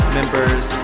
members